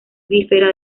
bífera